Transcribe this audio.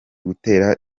gutera